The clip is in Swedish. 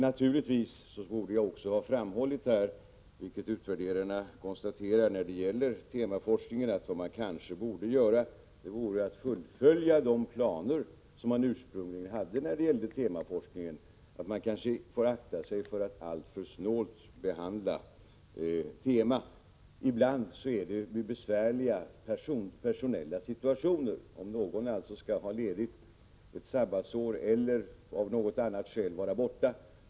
Naturligtvis borde jag också ha framhållit — vilket utvärderingarna konstaterade när det gäller temaforskningen — att man kanske borde fullfölja de planer man ursprungligen hade när det gällde temaforskningen. Man får kanske akta sig för att alltför snålt behandla temaforskningen. Ibland uppstår besvärliga personella situationer om någon skall ha ledigt, t.ex. för ett sabbatsår.